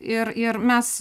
ir ir mes